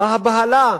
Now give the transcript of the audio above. מה הבהלה?